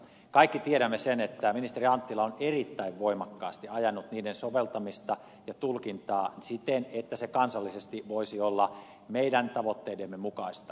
kaikki tiedämme sen että ministeri anttila on erittäin voimakkaasti ajanut niiden soveltamista ja tulkintaa siten että se kansallisesti voisi olla meidän tavoitteidemme mukaista